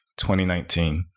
2019